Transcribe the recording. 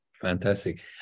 Fantastic